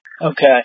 Okay